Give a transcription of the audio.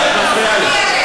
ואת מפריעה לי.